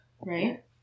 right